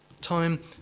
Time